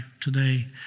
today